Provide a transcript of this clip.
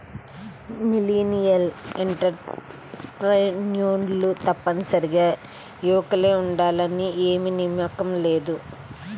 millennial ఎంటర్ప్రెన్యూర్లు తప్పనిసరిగా యువకులే ఉండాలని ఏమీ నియమం లేదు